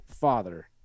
father